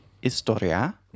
historia